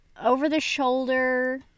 over-the-shoulder